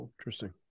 Interesting